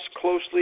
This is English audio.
closely